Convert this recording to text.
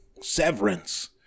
Severance